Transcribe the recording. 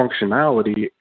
functionality